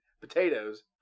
Potatoes